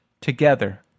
together